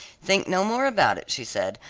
think no more about it, she said,